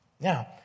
Now